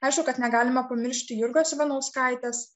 aišku kad negalima pamiršti jurgos ivanauskaitės